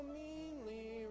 meanly